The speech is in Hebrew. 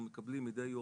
אנחנו מקבלים מידי יום,